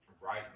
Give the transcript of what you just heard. right